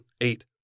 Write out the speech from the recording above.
eight